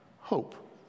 Hope